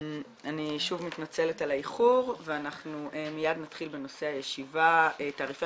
אני שוב מתנצלת על האיחור ואנחנו מיד נתחיל בנושא הישיבה: תעריפי